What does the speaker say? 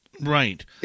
Right